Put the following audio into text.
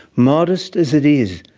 modest as it is,